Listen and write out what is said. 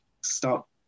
stop